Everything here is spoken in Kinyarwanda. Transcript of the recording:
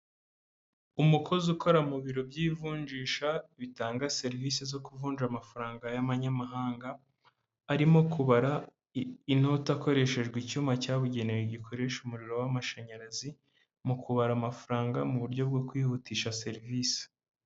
Umukozi ukora mu biro by'ivunjisha bitanga serivisi zo kuvunja amafaranga y'amanyamahanga. Arimo kubara inoti akoresheje icyuma cyabugenewe gikoresha umuriro w'amashanyarazi mu kubara amafaranga mu buryo bwo kwihutisha serivisi.